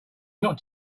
not